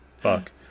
Fuck